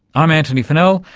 i'm antony funnell,